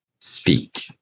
speak